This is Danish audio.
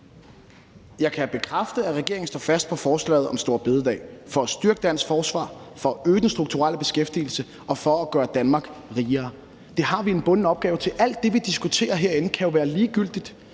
Jeg kan bekræfte, at regeringen står fast på forslaget om store bededag for at styrke dansk forsvar, for at øge den strukturelle beskæftigelse og for at gøre Danmark rigere. Der har vi en bunden opgave; alt det, vi diskuterer herinde, kan jo være ligegyldigt,